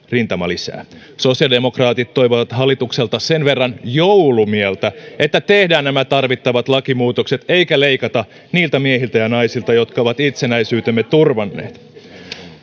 rintamalisää sosiaalidemokraatit toivovat hallitukselta sen verran joulumieltä että tehdään nämä tarvittavat lakimuutokset eikä leikata niiltä miehiltä ja naisilta jotka ovat itsenäisyytemme turvanneet